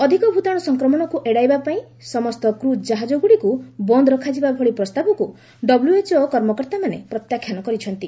ଅଧିକ ଭୂତାଣୁ ସଫକ୍ରମଣକୁ ଏଡାଇବା ପାଇଁ ସମସ୍ତ କ୍ରୁଜ୍ ଜାହାଜଗୁଡ଼ିକୁ ବନ୍ଦ ରଖାଯିବା ଭଳି ପ୍ରସ୍ତାବକୁ ଡବ୍ଲ୍ୟଏଚ୍ଓ କର୍ମକର୍ତ୍ତାମାନେ ପ୍ରତ୍ୟାଖାନ କରିଛନ୍ତି